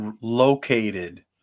located